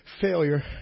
failure